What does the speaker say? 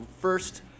first